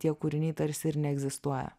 tie kūriniai tarsi ir neegzistuoja